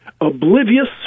oblivious